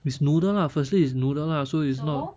is noodle lah firstly is noodle lah so is not